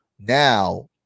Now